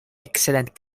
excellent